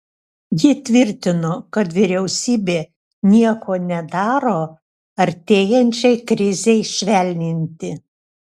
ji tvirtino kad vyriausybė nieko nedaro artėjančiai krizei švelninti